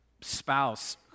spouse